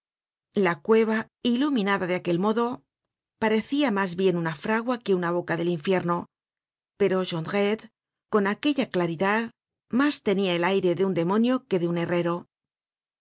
la cueva iluminada de aquel modo parecia mas bien una fragua que una bbca del infierno pero jondrette con aquella claridad mas tenia el aire de un demonio que de un herrero